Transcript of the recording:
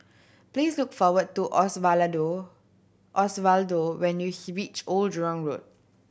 please look for what do Osvaldo Osvaldo when you he reach Old Jurong Road